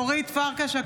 אינה